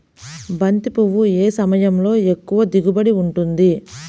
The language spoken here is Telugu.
బంతి పువ్వు ఏ సమయంలో ఎక్కువ దిగుబడి ఉంటుంది?